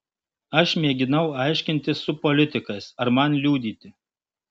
aš mėginau aiškintis su politikais ar man liudyti